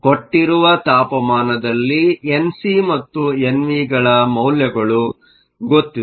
ಕೊಟ್ಟಿರುವ ತಾಪಮಾನದಲ್ಲಿ N C ಮತ್ತು ಎನ್ ವಿ ಗಳ ಮೌಲ್ಯಗಳು ಗೊತ್ತಿದೆ